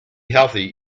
healthy